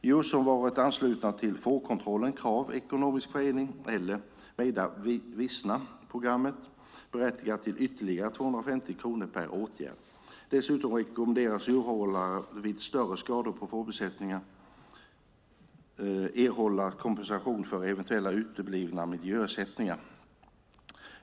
Djur som varit anslutna till Fårkontrollen, Krav Ekonomisk förening eller maedi-visna-programmet berättigar till ytterligare 250 kronor per åtgärd. Dessutom rekommenderas djurhållaren vid större skador på fårbesättningar erhålla kompensation för eventuellt uteblivna miljöersättningar.